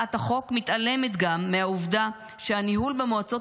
הצעת החוק מתעלמת גם מהעובדה שהניהול במועצות